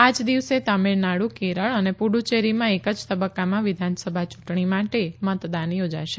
આ જ દિવસે તમિલનાડુ કેરળ અને પુફય્ચેરીમાં એક જ તબક્કામાં વિધાનસભા યૂંટણી માટે મતદાન યોજાશે